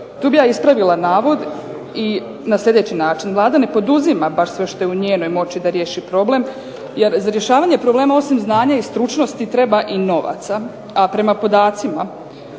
Tu bih ja ispravila navod i na slijedeći način. Vlada ne poduzima baš sve što je u njenoj moći da riješi problem jer za rješavanje problema osim znanja i stručnosti treba i novaca a prema podacima